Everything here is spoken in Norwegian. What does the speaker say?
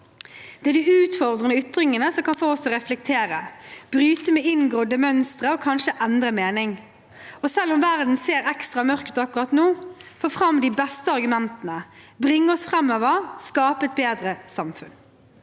Det er de utfordrende ytringene som kan få oss til å reflektere, bryte med inngrodde mønstre, kanskje endre mening og – selv om verden ser ekstra mørk ut akkurat nå – ta fram de beste argumentene, bringe oss framover og skape et bedre samfunn.